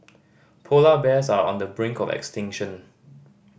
polar bears are on the brink of extinction